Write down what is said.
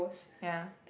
ya